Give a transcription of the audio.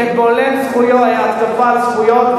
כבולם התקפה על זכויות,